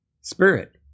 Spirit